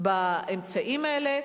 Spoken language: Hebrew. באמצעים האלה,